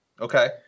Okay